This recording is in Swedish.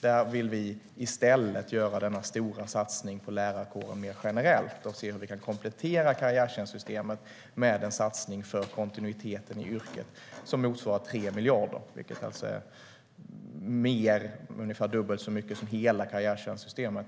Där vill vi i stället göra en stor satsning på lärarkåren generellt och se hur vi kan komplettera karriärtjänstsystemet med en satsning för kontinuiteten i yrket. Den är på 3 miljarder, vilket är ungefär dubbelt så mycket som hela karriärtjänstsystemet